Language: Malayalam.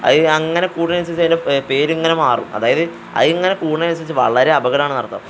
അത് അങ്ങനെ കൂടുന്നതനുസരിച്ച് അതിൻ്റെ പേരിങ്ങനെ മാറും അതായത് അതിങ്ങനെ കൂടണതിനനുസരിച്ച് വളരെ അപകടമാണെന്ന് അർഥം